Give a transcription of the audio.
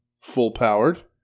full-powered